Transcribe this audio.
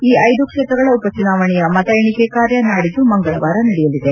ಈ ಐದೂ ಕ್ಷೇತ್ರಗಳ ಉಪ ಚುನಾವಣೆಯ ಮತ ಎಣಿಕೆ ಕಾರ್ಯ ನಾಡಿದ್ದು ಮಂಗಳವಾರ ನಡೆಯಲಿದೆ